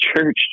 church